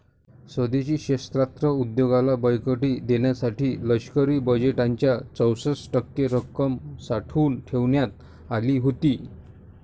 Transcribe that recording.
स्वदेशी शस्त्रास्त्र उद्योगाला बळकटी देण्यासाठी लष्करी बजेटच्या चौसष्ट टक्के रक्कम राखून ठेवण्यात आली होती